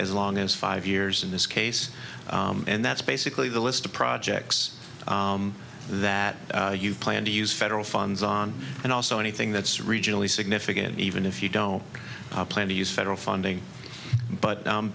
as long as five years in this case and that's basically the list of projects that you plan to use federal funds on and also anything that's regionally significant even if you don't plan to use federal funding but